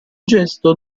gesto